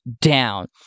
down